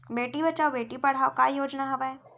बेटी बचाओ बेटी पढ़ाओ का योजना हवे?